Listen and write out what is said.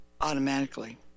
automatically